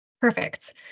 Perfect